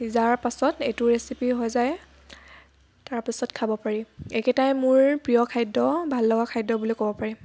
সিজাৰ পাছত এইটো ৰেচিপি হৈ যায় তাৰপিছত খাব পাৰি এইকেইটাই মোৰ প্ৰিয় খাদ্য ভাল লগা খাদ্য বুলি ক'ব পাৰি